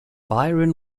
byron